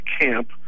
Camp